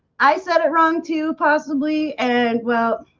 i started wrong to possibly and well